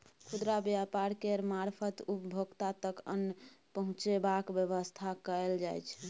खुदरा व्यापार केर मारफत उपभोक्ता तक अन्न पहुंचेबाक बेबस्था कएल जाइ छै